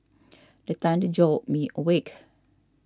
the thunder jolt me awake